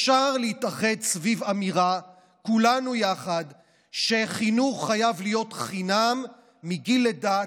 אפשר להתאחד כולנו יחד סביב אמירה שחינוך חייב להיות חינם מגיל לידה,